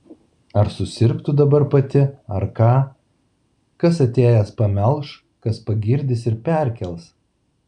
ar susirgtų dabar pati ar ką kas atėjęs pamelš kas pagirdys ir perkels